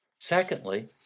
Secondly